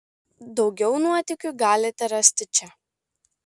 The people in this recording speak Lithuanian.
daugiau nuotykių galite rasti čia